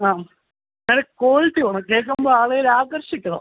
ആ നല്ല ക്വാളിറ്റി വേണം കേൾക്കുമ്പോൾ ആളെ അതിലാകർഷിക്കണം